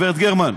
גברת גרמן.